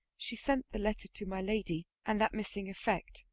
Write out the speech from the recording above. she sent the letter to my lady, and that missing effect,